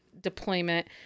deployment